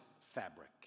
fabric